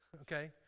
okay